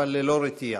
אבל ללא רתיעה.